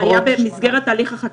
זה היה במסגרת תהליך החקיקה,